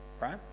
right